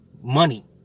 money